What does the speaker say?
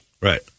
right